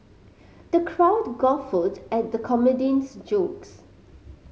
the crowd guffawed at the comedian's jokes